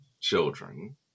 children